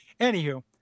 anywho